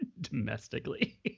domestically